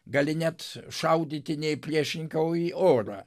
gali net šaudyti ne į priešininką o į orą